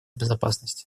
безопасности